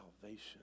salvation